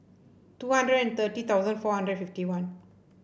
two hundred and thirty thousand four hundred fifty one